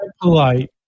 polite